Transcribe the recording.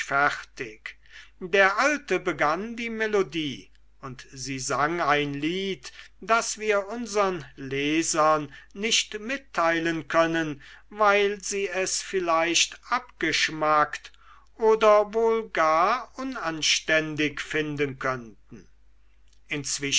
fertig der alte begann die melodie und sie sang ein lied das wir unsern lesern nicht mitteilen können weil sie es vielleicht abgeschmackt oder wohl gar unanständig finden könnten